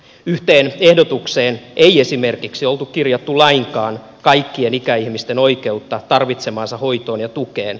yhteen ehdotukseen ei esimerkiksi ollut kirjattu lainkaan kaikkien ikäihmisten oikeutta tarvitsemaansa hoitoon ja tukeen